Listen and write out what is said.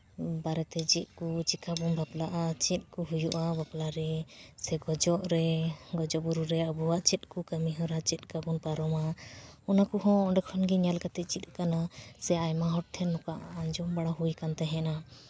ᱵᱟᱨᱮᱛᱮ ᱪᱮᱫ ᱠᱚ ᱪᱤᱠᱟᱹ ᱵᱚᱱ ᱵᱟᱯᱞᱟᱜᱼᱟ ᱪᱮᱫ ᱠᱚ ᱦᱩᱭᱩᱜᱼᱟ ᱵᱟᱯᱞᱟᱨᱮ ᱥᱮ ᱜᱩᱡᱚᱜ ᱨᱮ ᱜᱩᱡᱚᱜ ᱵᱩᱨᱩᱨᱮ ᱟᱵᱚᱣᱟᱜ ᱪᱮᱫ ᱠᱚ ᱠᱟᱹᱢᱤᱦᱚᱨᱟ ᱪᱮᱫᱠᱟᱵᱚᱱ ᱯᱟᱨᱚᱢᱟ ᱚᱱᱟ ᱠᱚᱦᱚᱸ ᱚᱸᱰᱮ ᱠᱷᱚᱱᱜᱮ ᱧᱮᱞ ᱠᱟᱛᱮᱫ ᱪᱮᱫ ᱞᱮᱠᱟᱱᱟ ᱥᱮ ᱟᱭᱢᱟ ᱦᱚᱲ ᱴᱷᱮᱱ ᱱᱚᱝᱠᱟ ᱟᱸᱡᱚᱢ ᱵᱟᱲᱟ ᱦᱩᱠᱟᱱ ᱛᱟᱦᱮᱱᱟ